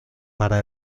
para